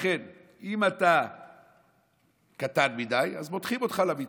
לכן אם אתה קטן מדי, מותחים אותך למיטה.